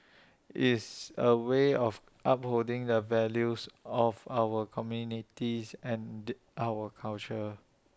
is A way of upholding the values of our communities and our culture